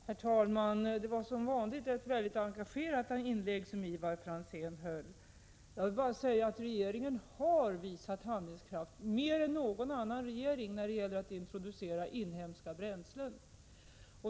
Herr talman! Det var som vanligt ett mycket engagerat inlägg som Ivar Franzén gjorde. Regeringen har, mer än någon annan regering, visat handlingskraft när det gäller att introducera inhemska bränslen.